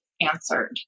answered